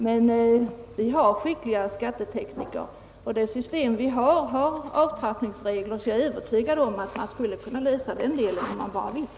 Men vi har skickliga skattetekniker, och i skattesystemet finns redan avtrappningsregler, så jag är övertygad om att man skulle kunna klara den delen, om man bara ville.